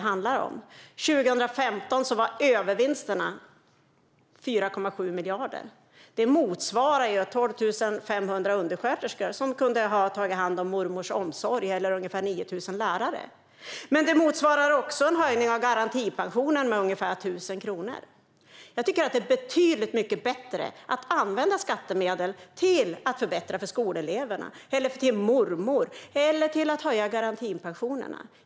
År 2015 var övervinsterna 4,7 miljarder. Det motsvarar 12 500 undersköterskor, som kunde ha tagit hand om mormors omsorg, eller ca 9 000 lärare. Det motsvarar också en höjning av garantipensionen med ungefär 1 000 kronor. Det är betydligt bättre att använda skattemedel till att förbättra för skoleleverna, ta hand om mormor eller höja garantipensionerna.